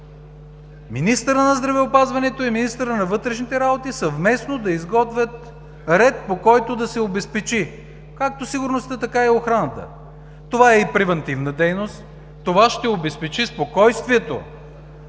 Министърът на здравеопазването и министърът на вътрешните работи съвместно да изготвят ред, по който да се обезпечи както сигурността, така и охраната. Това е и превантивна дейност. Това ще обезпечи спокойствието